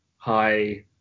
high